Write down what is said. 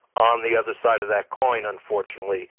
on the other side of that coin, unfortunately,